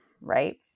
right